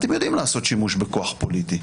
אתם יודעים לעשות שימוש בכוח הפוליטי.